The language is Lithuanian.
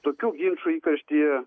tokių ginčų įkarštyje